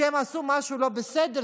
כשהם עשו משהו לא בסדר,